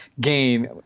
game